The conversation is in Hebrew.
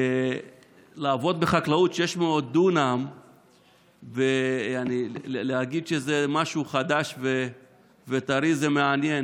לעבוד בחקלאות ב-600 דונם ולהגיד שזה משהו חדש וטרי זה מעניין.